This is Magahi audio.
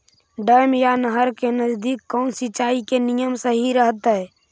डैम या नहर के नजदीक कौन सिंचाई के नियम सही रहतैय?